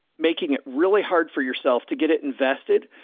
making it really hard for yourself to get it invested.